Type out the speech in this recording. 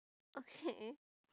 okay